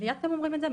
לי אתם אומרים את זה?